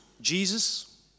Jesus